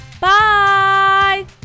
Bye